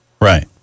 Right